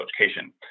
education